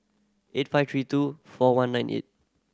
eight five three two four one nine eight